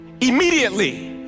Immediately